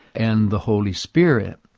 and the holy spirit.